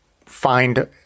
find